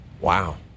Wow